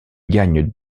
gagne